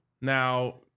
Now